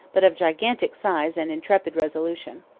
but of gigantic size and intrepid resolution.